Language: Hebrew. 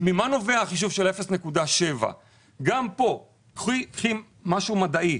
ממה נובע החישוב של 0.7. גם כאן, משהו מדעי.